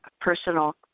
personal